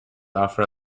offer